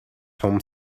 tom